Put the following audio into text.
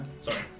Sorry